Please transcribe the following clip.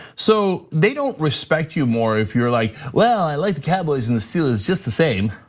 so they don't respect you more if you're like, well, i like the cowboys and the steelers just the same,